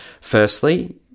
firstly